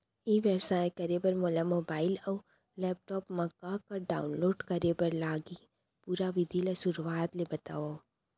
ई व्यवसाय करे बर मोला मोबाइल अऊ लैपटॉप मा का का डाऊनलोड करे बर लागही, पुरा विधि ला शुरुआत ले बतावव?